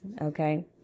Okay